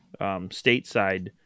stateside